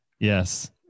Yes